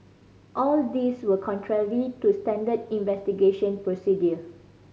all these were contrarily to standard investigation procedure